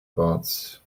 parts